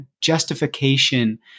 justification